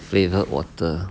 flavoured water